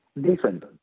different